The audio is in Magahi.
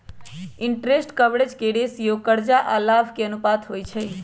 इंटरेस्ट कवरेज रेशियो करजा आऽ लाभ के अनुपात होइ छइ